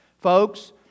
Folks